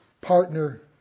partner